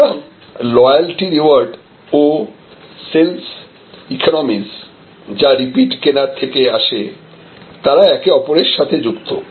সুতরাং loyalty reward ও sales economics যা রিপিট কেনার থেকে আসে তারা একে অপরের সাথে যুক্ত